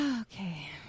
Okay